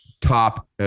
top